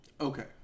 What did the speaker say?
Okay